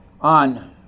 on